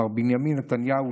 מר בנימין נתניהו,